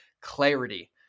clarity